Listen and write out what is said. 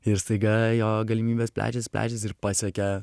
ir staiga jo galimybės plečiasi plečiasi ir pasiekia